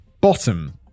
bottom